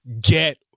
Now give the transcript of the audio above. get